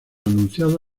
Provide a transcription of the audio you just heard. anunciado